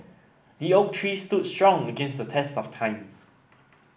the oak tree stood strong against the test of time